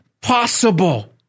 possible